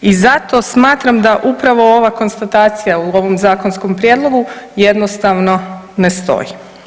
I zato smatram da upravo ova konstatacija u ovom zakonskom prijedlogu jednostavno ne stoji.